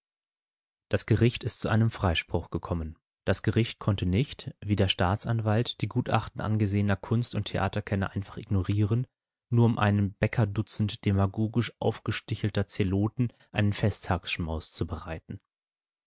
das gericht ist zu einem freispruch gekommen das gericht konnte nicht wie der staatsanwalt die gutachten angesehener kunst und theaterkenner einfach ignorieren nur um einem bäckerdutzend demagogisch aufgestichelter zeloten einen festtagsschmaus